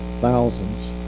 thousands